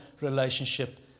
relationship